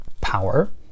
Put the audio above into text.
power